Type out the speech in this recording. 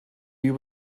you